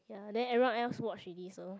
ya then everyone else watch already so